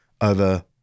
over